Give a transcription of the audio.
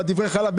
בדברי חלב,